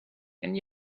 and